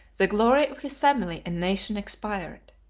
the glory of his family and nation expired.